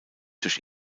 durch